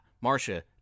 Marcia